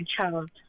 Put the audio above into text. child